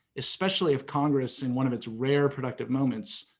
especially if congress, in one of its rare productive moments,